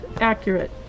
accurate